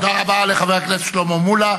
תודה רבה לחבר הכנסת שלמה מולה.